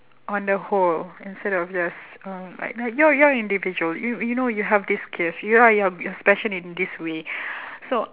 on the whole instead of just um like you're you're individual you you know you have this gift you are you're special in this way so